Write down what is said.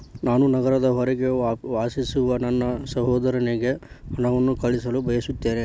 ನಾನು ನಗರದ ಹೊರಗೆ ವಾಸಿಸುವ ನನ್ನ ಸಹೋದರನಿಗೆ ಹಣವನ್ನು ಕಳುಹಿಸಲು ಬಯಸುತ್ತೇನೆ